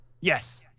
Yes